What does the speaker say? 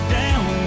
down